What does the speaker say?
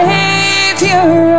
Savior